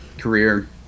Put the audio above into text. career